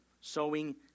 Sowing